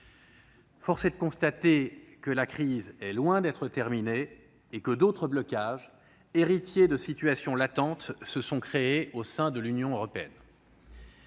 Force est de constater que la crise est loin d'être terminée et que d'autres blocages, héritiers de situations latentes, se sont créés au sein de l'Union européenne.